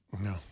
No